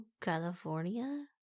california